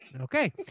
Okay